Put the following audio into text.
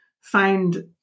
find